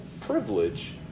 privilege